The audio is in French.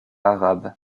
arabes